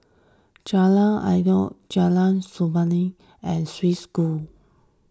Jalan Antoi Jalan Samulun and Swiss School